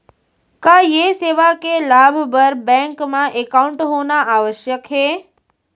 का ये सेवा के लाभ बर बैंक मा एकाउंट होना आवश्यक हे